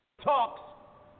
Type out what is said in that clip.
talks